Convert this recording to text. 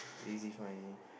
easy find